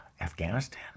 Afghanistan